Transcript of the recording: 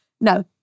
No